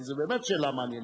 כי זאת באמת שאלה מעניינת: